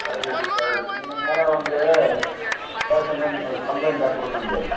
சரி சரி நீங்கள் நேராக வந்து ஸ்டேஷனில் நீங்கள் ஒரு கம்ப்ளைண்ட்டாக கொடுங்க வந்து